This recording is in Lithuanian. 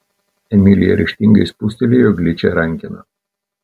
emilija ryžtingai spustelėjo gličią rankeną